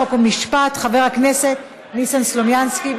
חוק ומשפט חבר הכנסת ניסן סלומינסקי.